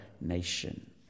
nation